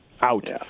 out